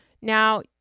Now